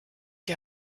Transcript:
die